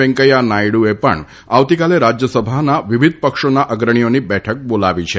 વેંકૈયા નાયડુએ પણ આવતીકાલે રાજ્યસભાના વિવિધ પક્ષોના અગ્રણીઓની બેઠક બોલાવી છે